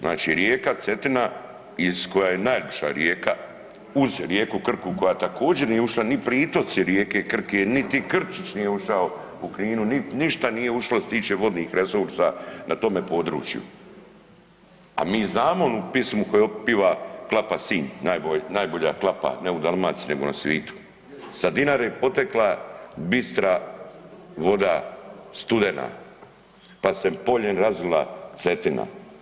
Znači rijeka Cetina koja je najljepša rijeka, uz rijeku Krku koja također nije ušla ni pritoci rijeke Krke niti Krčići nije ušao u Kninu, ništa nije ušlo što se tiče vodnih resursa na tome području a mi znamo onu pjesmu koju pjeva klapa Sinj, najbolja klapa, ne u Dalmaciji nego na svijetu, „sa Dinare potekla bistra voda studena pa se poljem razvila Cetina“